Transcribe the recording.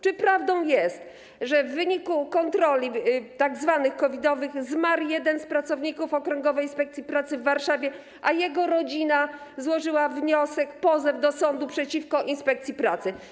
Czy prawdą jest, że w wyniku tzw. kontroli COVID-owych zmarł jeden z pracowników okręgowej inspekcji pracy w Warszawie, a jego rodzina złożyła wniosek, pozew do sądu przeciwko inspekcji pracy?